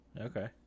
Okay